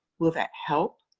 will that help